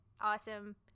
awesome